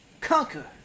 conquer